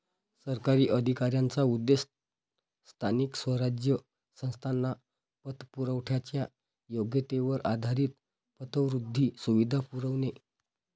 सरकारी अधिकाऱ्यांचा उद्देश स्थानिक स्वराज्य संस्थांना पतपुरवठ्याच्या योग्यतेवर आधारित पतवृद्धी सुविधा पुरवणे